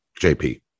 JP